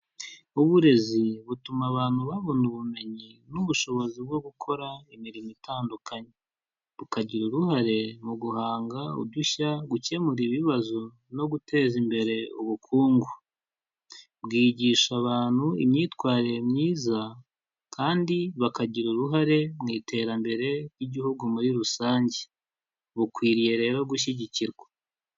Uburezi butuma abantu babona ubumenyi n'ubushobozi bwo gukora imirimo itandukanye, bukagira uruhare mu guhanga udushya, gukemura ibibazo no guteza imbere ubukungu, bwigisha abantu imyitwarire myiza kandi bakagira uruhare mu iterambere ry'Igihugu muri rusange, bukwiriye rero gushyigikirwa.